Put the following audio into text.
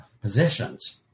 positions